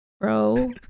bro